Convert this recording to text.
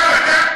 אין תקרה.